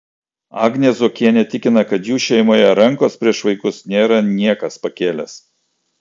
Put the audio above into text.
agnė zuokienė tikina kad jų šeimoje rankos prieš vaikus nėra niekas pakėlęs